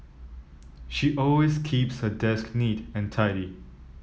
she always keeps her desk neat and tidy